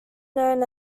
known